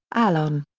alan.